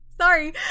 Sorry